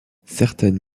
certaines